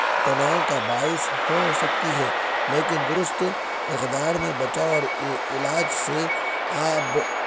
تناؤ کا باعث ہو سکتی ہے لیکن درست اقدار میں بچاؤ اور علاج سے آب